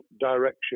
direction